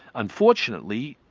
unfortunately,